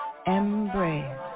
embrace